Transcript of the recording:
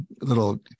little